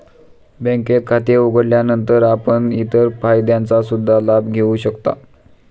बँकेत खाते उघडल्यानंतर आपण इतर फायद्यांचा सुद्धा लाभ घेऊ शकता